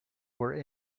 were